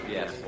Yes